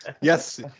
Yes